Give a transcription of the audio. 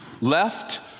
left